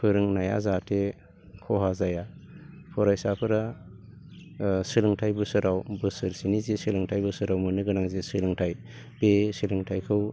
फोरोंनाया जाहाथे खहा जाया फरायसाफोरा सोलोंथाइ बोसोराव बोसोरसेनि जि सोलोंथाइ बोसोराव मोननो गोनां जि सोलोंथाइ बे सोलोंथाइखौ